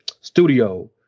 studio